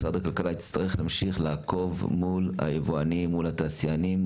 משרד הכלכלה יצטרך להמשיך לעקוב מול הייבואנים; מול התעשיינים,